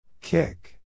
Kick